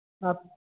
आप